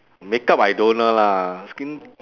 make up I don't [one] lah skin